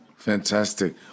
Fantastic